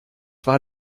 war